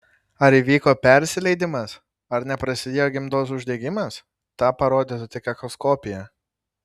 ar įvyko persileidimas ar neprasidėjo gimdos uždegimas tą parodytų tik echoskopija